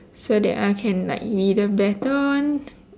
so that I can like be the better one